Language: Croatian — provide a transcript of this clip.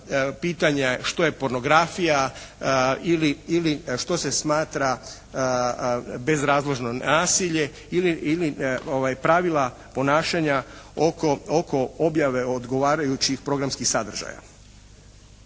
pitanje što je pornografija ili što se smatra bezrazložno nasilje, ili pravila ponašanja oko objave odgovarajućih programskih sadržaja.